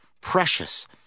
precious